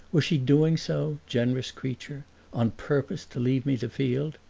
was she doing so generous creature on purpose to leave me the field?